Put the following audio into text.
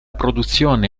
produzione